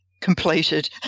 completed